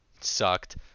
sucked